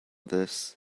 this